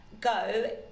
go